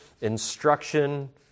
Instruction